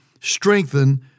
strengthen